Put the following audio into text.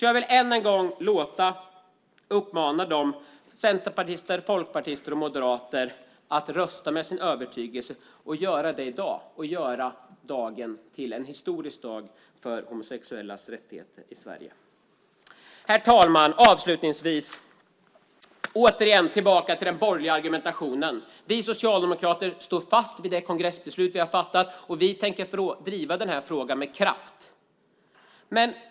Jag vill än en gång uppmana centerpartister, folkpartister och moderater att rösta i enlighet med sin övertygelse och göra det i dag och göra dagen till en historisk dag för homosexuellas rättigheter i Sverige. Herr talman! Återigen tillbaka till den borgerliga argumentationen. Vi socialdemokrater står fast vid det kongressbeslut som vi har fattat, och vi tänker driva denna fråga med kraft.